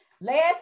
Last